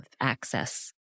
access